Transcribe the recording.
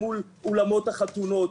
מול אולמות החתונות,